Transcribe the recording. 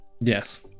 yes